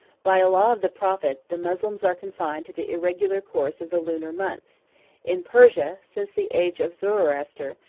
by a law of the prophet, the moslems are confined to the irregular course of the lunar months in persia, since the age of zoroaster,